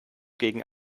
gegen